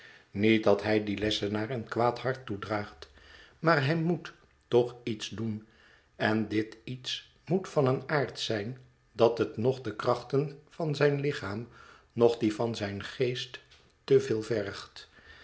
niet dat hij dien lessenaar een kwaad hart toedraagt maar hij moet toch iets doen en dit iets moet van een aard zijn dat het noch de krachten van zijn lichaam noch die van zijn geest te veel vergt